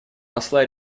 посла